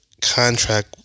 contract